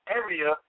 area